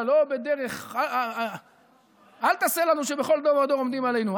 אל תעשה לנו "שבכל דור ודור עומדים עלינו",